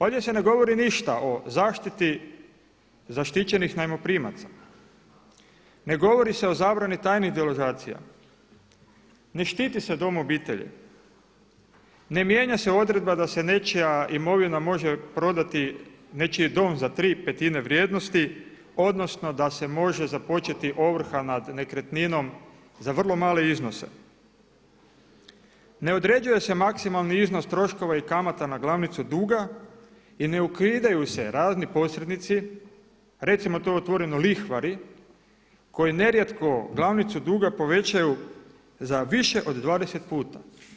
Ovdje se ne govori ništa o zaštiti zaštićenih najmoprimaca, ne govori se o zabrani tajnih deložacija, ne štiti se dom obitelji, ne mijenja se odredba da se nečija imovina može prodati, nečiji dom za 3/5 vrijednosti odnosno da se može započeti ovrha nad nekretninom za vrlo male iznose, ne određuje se maksimalni iznos troškova i kamata na glavnicu duga i ne ukidaju se razni posrednici recimo to otvoreno lihvari koji nerijetko glavnicu duga povećaju za više od 20 puta.